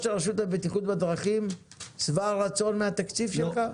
הרשות לבטיחות בדרכים שבע רצון מהתקציב שלך?